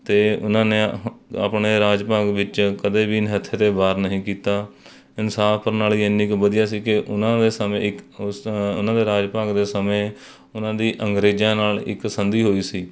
ਅਤੇ ਉਹਨਾਂ ਨੇ ਹ ਆਪਣੇ ਰਾਜ ਭਾਗ ਵਿੱਚ ਕਦੇ ਵੀ ਨਿਹੱਥੇ 'ਤੇ ਵਾਰ ਨਹੀਂ ਕੀਤਾ ਇਨਸਾਫ ਪ੍ਰਣਾਲੀ ਇੰਨੀ ਕੁ ਵਧੀਆ ਸੀ ਕਿ ਉਹਨਾਂ ਦੇ ਸਮੇਂ ਇੱਕ ਉਸ ਉਹਨਾਂ ਦਾ ਰਾਜ ਭਾਗ ਦੇ ਸਮੇਂ ਉਹਨਾਂ ਦੀ ਅੰਗਰੇਜ਼ਾਂ ਨਾਲ ਇੱਕ ਸੰਧੀ ਹੋਈ ਸੀ